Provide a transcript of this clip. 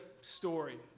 story